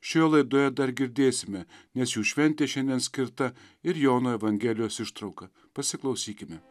šioje laidoje dar girdėsime nes jų šventė šiandien skirta ir jono evangelijos ištrauka pasiklausykime